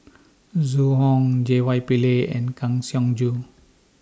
Zhu Hong J Y Pillay and Kang Siong Joo